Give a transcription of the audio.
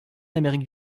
amérique